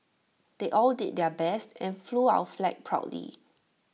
they all did their best and flew our flag proudly